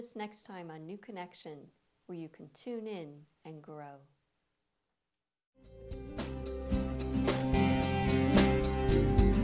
us next time a new connection where you can tune in and grow